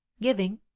Giving